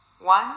one